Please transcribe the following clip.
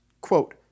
Quote